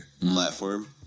platform